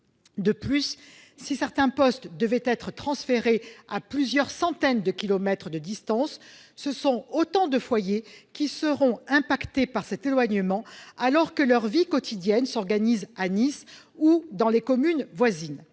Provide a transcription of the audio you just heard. De plus, si certains postes devaient être transférés à plusieurs centaines de kilomètres de distance, ce seraient autant de foyers qui seraient impactés par cet éloignement, alors que leur vie quotidienne s'organise à Nice ou dans les communes voisines.